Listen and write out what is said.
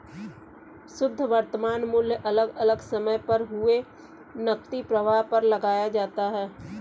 शुध्द वर्तमान मूल्य अलग अलग समय पर हुए नकदी प्रवाह पर लगाया जाता है